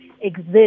exist